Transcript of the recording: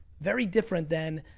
very different then,